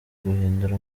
guhindura